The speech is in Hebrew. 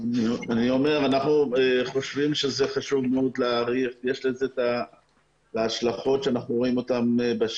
אנחנו חושבים שחשוב מאוד להאריך ויש לזה את ההשלכות שאנחנו רואים בשטח.